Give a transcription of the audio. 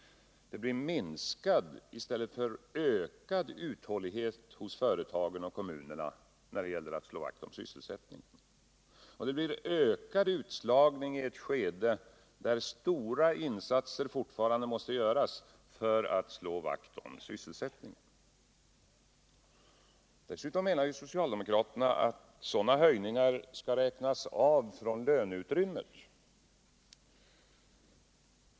Det blir minskad i stället för ökad uthållighet hos företagen och kommunerna i sysselsättningshänseende. Och det blir ökad utslagning i ett skede där stora insatser fortfarande måste göras för att slå vakt om sysselsättningen. Dessutom menar ju socialdemokraterna att sådana höjningar skall räknas av från löneutrymmet.